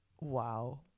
Wow